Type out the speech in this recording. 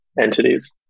entities